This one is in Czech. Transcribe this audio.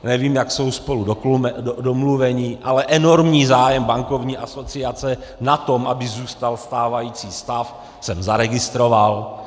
Nevím, jak jsou spolu domluveni, ale enormní zájem Bankovní asociace na tom, aby zůstal stávající stav, jsem zaregistroval.